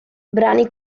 brani